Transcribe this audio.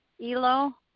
Elo